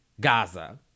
gaza